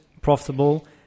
profitable